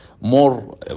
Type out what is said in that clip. more